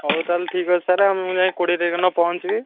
ହଉ ତା'ହେଲେ ଠିକ୍ ଅଛି ସାର୍ ଆଉ ମୁଁ ଯାଇ କୋଡ଼ିଏ ତାରିଖ ଦିନ ପହଞ୍ଚିବି